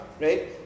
right